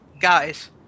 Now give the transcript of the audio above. guys